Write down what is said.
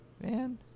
man